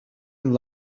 and